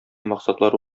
максатлары